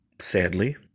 sadly